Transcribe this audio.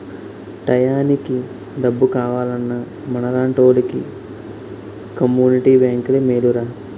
టయానికి డబ్బు కావాలన్నా మనలాంటోలికి కమ్మునిటీ బేంకులే మేలురా